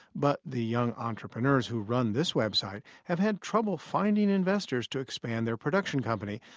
but the young entrepreneurs who run this website have had trouble finding investors to expand their production company,